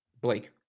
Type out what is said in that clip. Blake